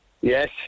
Yes